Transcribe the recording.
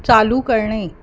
चालू करणे